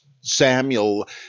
Samuel